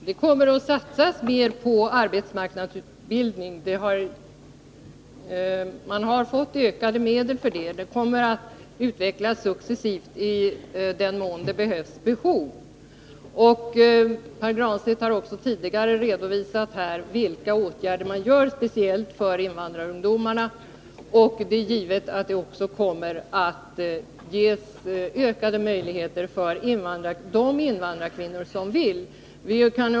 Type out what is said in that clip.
Herr talman! Det kommer att satsas mer på arbetsmarknadsutbildningen. Man har fått ökade medel för det. Den kommer att utvecklas successivt i den mån det behövs. Pär Granstedt har tidigare redovisat vilka åtgärder som vidtas speciellt för invandrarungdomarna. Det är givet att det också kommer att ges ökade möjligheter för de invandrarkvinnor som så önskar.